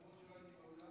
למרות שלא הייתי באולם?